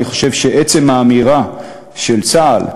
אני חושב שהעצם האמירה של צה"ל,